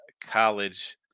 college